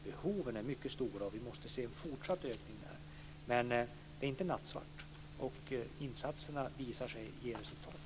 Behoven är mycket stora. Vi måste se en fortsatt ökning där. Men det är inte nattsvart. Insatserna visar sig ge resultat.